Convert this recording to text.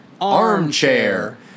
Armchair